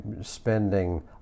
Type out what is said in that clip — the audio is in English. spending